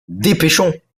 dépêchons